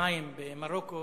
פעמיים במרוקו